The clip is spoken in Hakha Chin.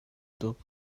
tuk